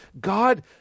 God